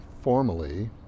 formally